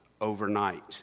overnight